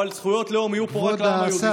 אבל זכויות לאום יהיו פה רק לעם היהודי,